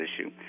issue